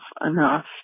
enough